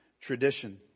tradition